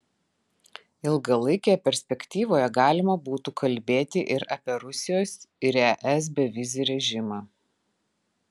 ilgalaikėje perspektyvoje galima būtų kalbėti ir apie rusijos ir es bevizį režimą